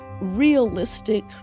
realistic